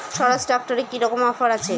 স্বরাজ ট্র্যাক্টরে কি রকম অফার আছে?